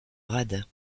rade